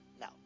no